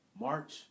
March